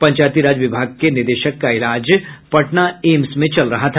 पंचायती राज विभाग के निदेशक का इलाज पटना एम्स में चल रहा था